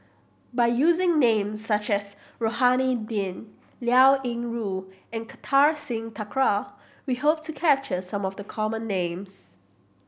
by using names such as Rohani Din Liao Yingru and Kartar Singh Thakral we hope to capture some of the common names